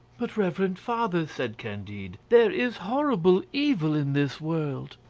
but, reverend father, said candide, there is horrible evil in this world.